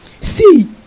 See